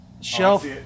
Shelf